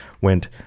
went